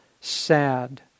sad